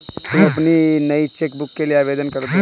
तुम अपनी नई चेक बुक के लिए आवेदन करदो